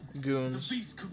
goons